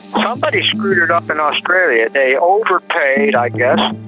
somebody screwed it up in australia. they overpaid i guess.